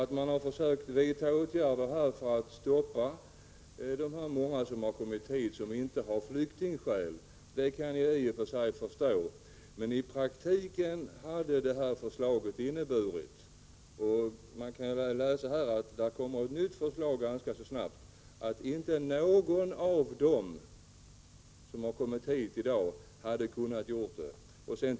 Att man har försökt vidta åtgärder för att stoppa de många som har försökt komma hit utan att ha flyktingskäl kan jag i och för sig förstå. Men i praktiken hade detta förslag inneburit — och jag läser här att det ganska snart kommer ett nytt förslag — att inte någon av dem som har kommit hit i dag hade kunnat göra det på det sätt som statsrådet anvisar.